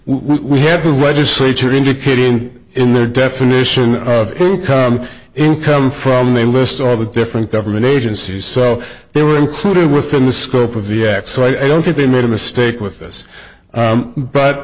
we have the legislature indicating in their definition of come income from they list all the different government agencies so they were included within the scope of the act so i don't think they made a mistake with this